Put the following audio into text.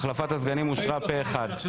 החלפת הסגנים אושרה פה אחד.